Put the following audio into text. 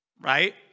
Right